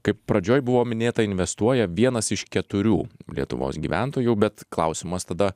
kaip pradžioj buvo minėta investuoja vienas iš keturių lietuvos gyventojų bet klausimas tada